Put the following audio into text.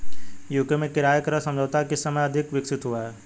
UK में किराया क्रय समझौता किस समय अधिक विकसित हुआ था?